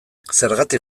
zergatik